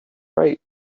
right